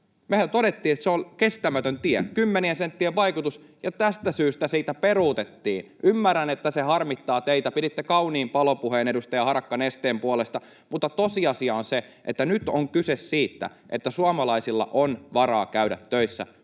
Mehän todettiin, että se on kestämätön tie, kymmenien senttien vaikutus, ja tästä syystä siitä peruutettiin. Ymmärrän, että se harmittaa teitä. Piditte kauniin palopuheen, edustaja Harakka, Nesteen puolesta, mutta tosiasia on se, että nyt on kyse siitä, että suomalaisilla on varaa käydä töissä